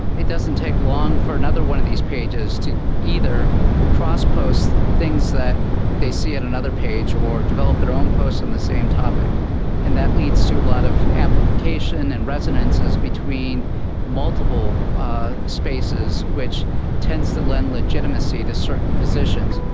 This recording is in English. it doesn't take long for another one of these pages to either crosspost things that they see on another page or develop their own posts on the same topic and that leads to a lot of amplification and resonances between multiple spaces which tends to lend legitimacy to certain positions.